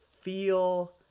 feel